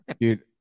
dude